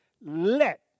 let